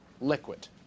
liquid